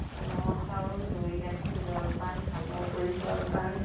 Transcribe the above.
কোমল চাউল দৈ গাখীৰ জলপান সান্দহ গুৰি জলপান